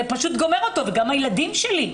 זה פשוט גומר אותו וגם הילדים שלי.